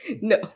No